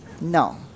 No